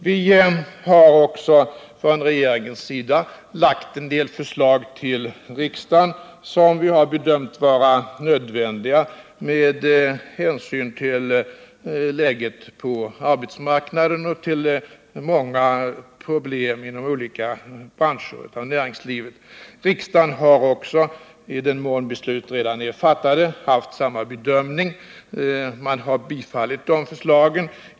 Vi har också från regeringens sida lagt en del förslag till riksdagen som vi bedömt vara nödvändiga med hänsyn till läget på arbetsmarknaden och med hänsyn till många problem inom näringslivets olika branscher. Riksdagen har också, i den mån beslut redan är fattade, gjort samma bedömning och bifallit förslagen.